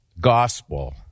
gospel